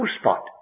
spot